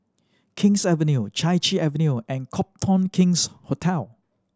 King's Avenue Chai Chee Avenue and Copthorne King's Hotel